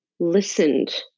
listened